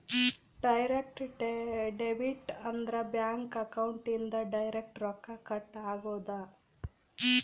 direct debit ಅಂದ್ರ bank account ಇಂದ direct ರೊಕ್ಕ ಕಟ್ ಆಗೋದು